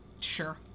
Sure